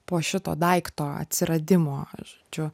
po šito daikto atsiradimo žodžiu